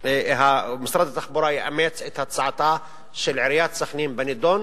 משרד התחבורה יאמץ את הצעתה של עיריית סח'נין בנדון,